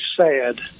sad